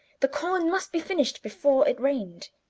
the corn must be finished before it rained.